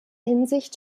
hinsicht